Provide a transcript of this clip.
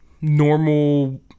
normal